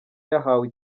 yahawe